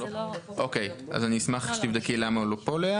לאה, אשמח שתבדקי למה הוא לא פה.